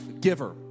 giver